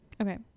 Okay